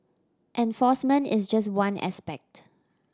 enforcement is just one aspect